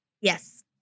Yes